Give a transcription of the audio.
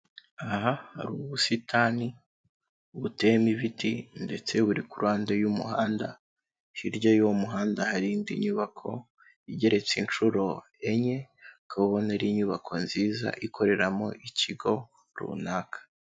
Aha hari ubusitani buteyemo ibiti ndetse buri ku ruhande y'umuhanda hirya y'uwo muhanda hari indi nyubako igeretse inshuro enye ukabubone ari inyubako nziza ikoreramo ikigo runaka.